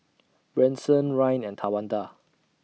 Branson Ryne and Tawanda